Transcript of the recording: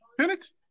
Phoenix